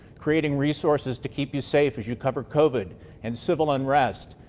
creating resources to keep you safe as you cover covid and civil unrest,